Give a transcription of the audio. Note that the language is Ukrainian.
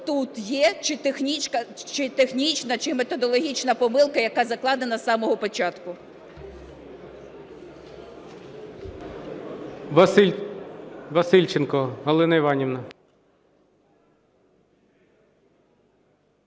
тут є чи технічна, чи методологічна помилка, яка закладена з самого початку.